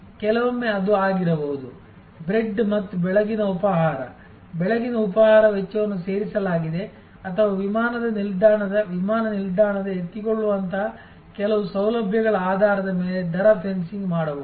ಕೆಲವೊಮ್ಮೆ ಅದು ಆಗಿರಬಹುದು ಬ್ರೆಡ್ ಮತ್ತು ಬೆಳಗಿನ ಉಪಾಹಾರ ಬೆಳಗಿನ ಉಪಾಹಾರ ವೆಚ್ಚವನ್ನು ಸೇರಿಸಲಾಗಿದೆ ಅಥವಾ ವಿಮಾನ ನಿಲ್ದಾಣದ ಎತ್ತಿಕೊಳ್ಳುವಂತಹ ಕೆಲವು ಸೌಲಭ್ಯಗಳ ಆಧಾರದ ಮೇಲೆ ದರ ಫೆನ್ಸಿಂಗ್ ಮಾಡಬಹುದು